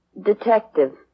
detective